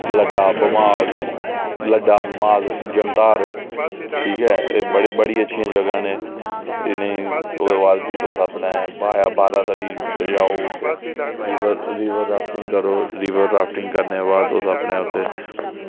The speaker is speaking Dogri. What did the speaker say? लद्दा भमाग लद्दा भमाग सुरजनधार इयै एह् बड़ियां अच्छियां जगहां न एह् इनें ई भी ओह्दे बाद च तुस भी अपने बारा तरियै चली जाओ रिवर राफ्टिंग करो रिवर राफ्टिंग करने दे बाद तुस अपने उत्थें